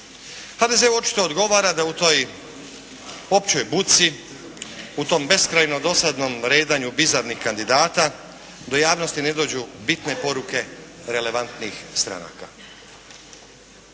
HDZ-u očito odgovara da u toj općoj buci, u tom beskrajno dosadnom redanju bizrarnih kandidata do javnosti ne dođu bitne poruke relevantnih stranaka.